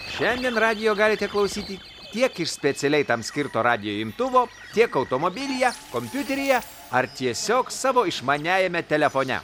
šiandien radijo galite klausyti tiek iš specialiai tam skirto radijo imtuvo tiek automobilyje kompiuteryje ar tiesiog savo išmaniajame telefone